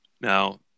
Now